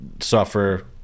suffer